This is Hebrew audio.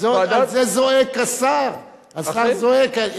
על זה זועק השר, השר זועק.